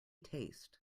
taste